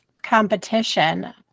competition